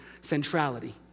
centrality